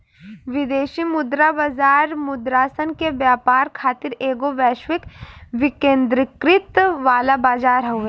विदेशी मुद्रा बाजार मुद्रासन के व्यापार खातिर एगो वैश्विक विकेंद्रीकृत वाला बजार हवे